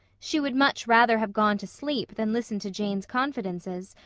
she would much rather have gone to sleep than listen to jane's confidences,